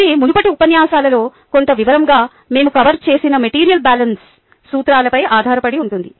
ఇది మునుపటి ఉపన్యాసాలలో కొంత వివరంగా మేము కవర్ చేసిన మెటీరియల్ బ్యాలెన్స్ సూత్రాలపై ఆధారపడి ఉంటుంది